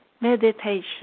meditation